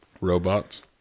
robots